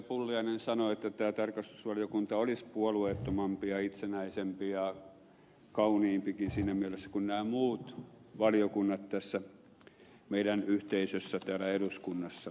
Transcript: pulliainen sanoi että tämä tarkastusvaliokunta olisi puolueettomampi ja itsenäisempi ja kauniimpikin siinä mielessä kuin nämä muut valiokunnat tässä meidän yhteisössämme täällä eduskunnassa